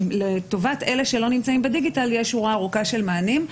ולטובת אלה שלא נמצאים בדיגיטל יש שורה ארוכה של מענים.